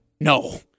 No